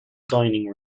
dining